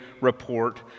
report